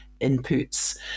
inputs